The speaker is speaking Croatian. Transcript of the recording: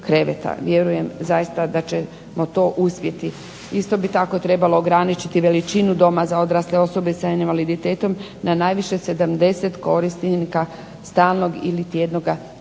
Vjerujem zaista da ćemo to uspjeti. Isto bi tako trebalo ograničiti veličinu doma za odrasle osobe sa invaliditetom na najviše 70 korisnika stalnog ili tjednoga